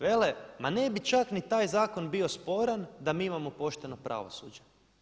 Vele ma ne bi čak ni taj zakon bio sporan da mi imamo pošteno pravosuđe.